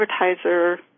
advertiser